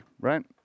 right